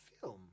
film